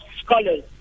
scholars